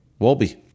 Wolby